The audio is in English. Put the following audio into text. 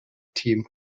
team